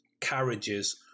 carriages